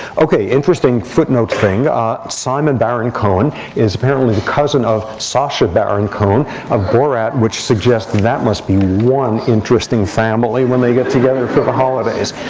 ok, interesting footnote thing simon baron-cohen is apparently the cousin of sasha baron-cohen of borat, which suggests that must be one interesting family when they get together for the holidays.